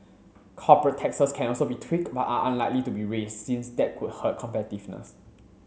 corporate taxes can also be tweaked but are unlikely to be raised since that could hurt competitiveness